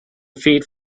feet